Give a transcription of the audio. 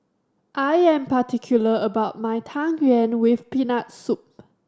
I am particular about my Tang Yuen with Peanut Soup